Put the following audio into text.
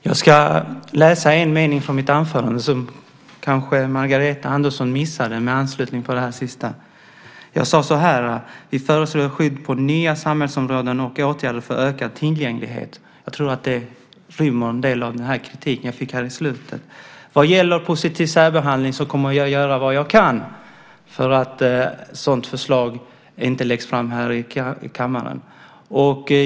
Fru talman! Jag ska läsa en mening från mitt anförande, som Magdalena Andersson kanske missade, med anledning av det sista hon sade. Jag sade så här: Vi föreslår skydd på nya samhällsområden och åtgärder för ökad tillgänglighet. Jag tror att det rymmer en del av det som kritiken i slutet av repliken gällde. Vad gäller positiv särbehandling kommer jag att göra vad jag kan för att ett sådant förslag inte läggs fram här i kammaren.